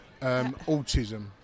autism